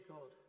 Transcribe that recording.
God